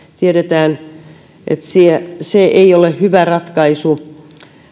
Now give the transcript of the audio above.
tiedetään että se ei ole hyvä ratkaisu